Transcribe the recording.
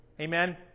Amen